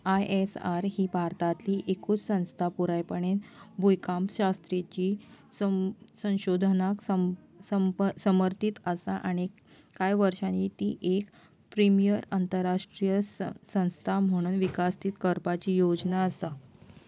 I S R ही भारतांतली एकूच संस्था पुरायपणान भूंयकांपशास्त्रीय संशोधनाक समर्पीत आसा आनी कांय वर्सांनी ती एक प्रिमियर आंतरराष्ट्रीय संस्था म्हूण विकसीत करपाची योजना आसा